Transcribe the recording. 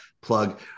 plug